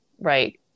right